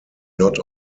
not